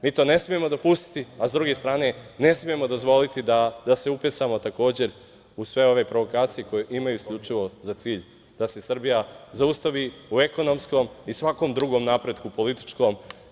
Mi to ne smemo dopustiti, a sa druge strane ne smemo dozvoliti da se upecamo takođe u sve ove provokacije koje imaju isključivo za cilj da se Srbija zaustavi u ekonomskom i svakom drugom napretku političkom.